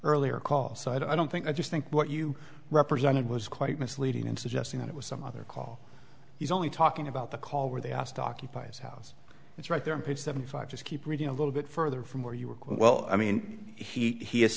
earlier call so i don't think i just think what you represented was quite misleading in suggesting that it was some other call he's only talking about the call where they asked occupies house it's right there on page seventy five just keep reading a little bit further from where you work well i mean he